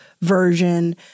version